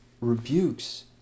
rebukes